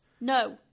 No